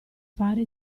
fare